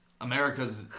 America's